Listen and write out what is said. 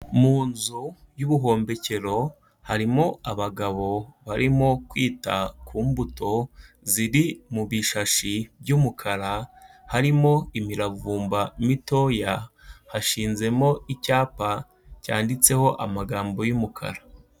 Mu nzu y'ubuhombekero harimo abagabo barimo kwita ku mbuto ziri mu bishashi by'umukara, harimo imiravumba mitoya, hashinzemo icyapa cyanditseho amagambo y'umukara.